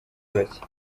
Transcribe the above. bake